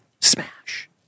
Smash